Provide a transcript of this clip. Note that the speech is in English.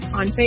on